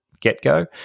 get-go